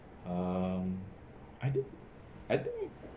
um I do I do